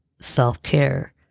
self-care